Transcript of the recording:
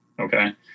okay